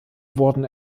wurden